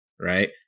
right